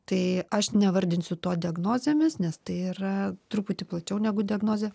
tai aš nevardinsiu to diagnozėmis nes tai yra truputį plačiau negu diagnozė